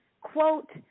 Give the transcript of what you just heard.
quote